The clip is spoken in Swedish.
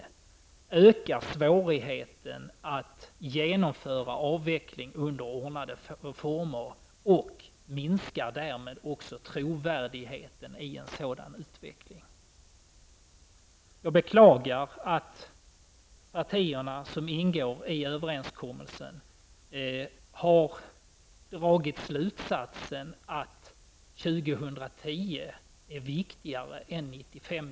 Dessutom ökar det svårigheten att genomföra en avveckling under ordnade former. Därmed minskar också trovärdigheten. Jag beklagar att partierna som ingår i överenskommelsen har dragit slutsatsen att 2010 är viktigare än 1995/96.